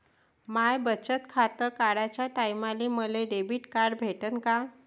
माय बचत खातं काढाच्या टायमाले मले डेबिट कार्ड भेटन का?